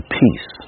peace